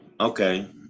okay